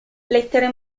lettere